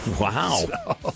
Wow